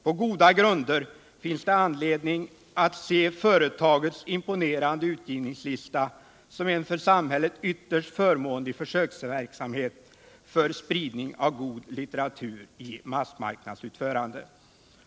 På goda grunder finns det anledning att se företagets imponerande utgivningslista som en för samhället ytterst förmånlig försöksverksamhet för spridning av god litteratur i massmarknadsutförande.